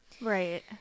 Right